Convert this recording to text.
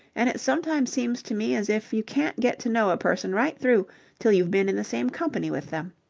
and it sometimes seems to me as if you can't get to know a person right through till you've been in the same company with them.